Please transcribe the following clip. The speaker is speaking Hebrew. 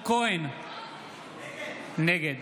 נגד